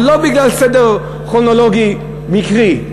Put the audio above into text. אבל לא בגלל סדר כרונולוגי מקרי,